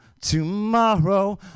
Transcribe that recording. tomorrow